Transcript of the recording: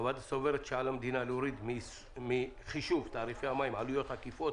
הוועדה סוברת שעל המדינה להוריד מחישוב תעריפי המים עלויות עקיפות